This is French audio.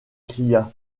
cria